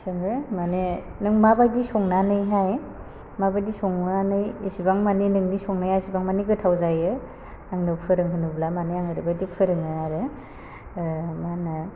सोङो माने नों माबायदि संनानैहाय माबायदि संनानै एसेबां माने नोंनि संनाया इसिबां मानि गोथाव जायो आंनो फोरों होनोब्ला माने आं ओरैबादि फोरोङो आरो मा होनो